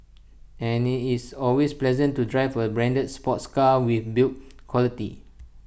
and it's always pleasant to drive A branded sports car with build quality